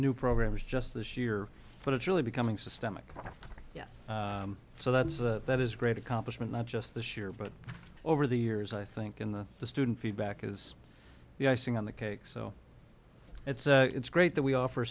new programs just this year but it's really becoming systemic yes so that's a that is a great accomplishment not just the sheer but over the years i think in the the student feedback is the icing on the cake so it's it's great that we offer